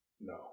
No